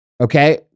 okay